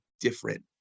different